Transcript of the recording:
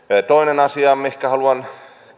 toinen asia mihin haluan